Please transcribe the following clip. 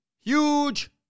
huge